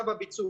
שלב הביצוע